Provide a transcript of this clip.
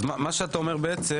אתה בעצם אומר